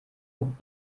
und